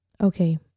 Okay